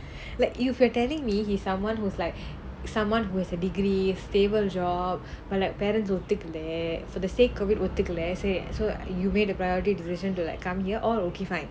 like if you're telling me he's someone who's like someone who has a degree stable job but like parents ஒத்துக்கலை:oththukalai for the sake of it will take ஒத்துக்கலை:oththukalai so you made the priority decision to like come here oh okay fine